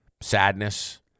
sadness